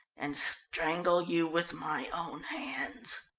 and strangle you with my own hands.